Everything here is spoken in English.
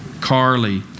Carly